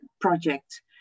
project